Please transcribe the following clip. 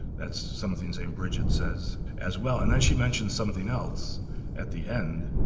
that's something st. bridget says as well. and then she mentions something else at the end,